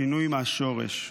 שינוי מהשורש.